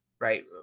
right